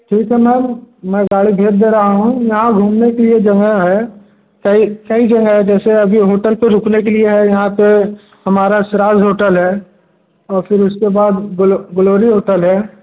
ठीक है मैम मैं गाड़ी भेज दे रहा हूँ यहाँ घूमने के लिए जगह है कई कई जगहें हैं जैसे अभी होटल पर रुकने के लिए है यहाँ पर हमारा सिराज होटल है और फिर उसके बाद ग्लो ग्लोरी होटल है